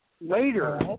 later